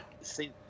See